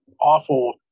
awful